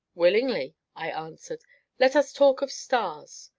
willingly, i answered let us talk of stars.